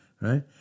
right